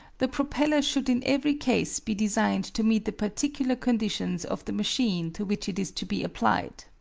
the propeller should in every case be designed to meet the particular conditions of the machine to which it is to be applied.